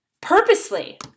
purposely